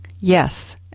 Yes